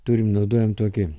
turim naudojam tokį